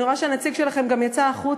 אני רואה שגם הנציג שלכם יצא החוצה,